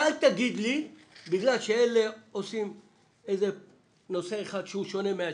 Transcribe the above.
ואל תגיד לי בגלל שאלו עושים נושא אחד שהוא שונה מהשני,